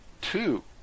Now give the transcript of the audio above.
Two